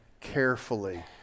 carefully